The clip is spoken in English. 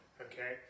Okay